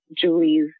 Julie's